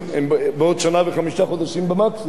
הן בעוד שנה וחמישה חודשים במקסימום,